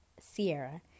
Sierra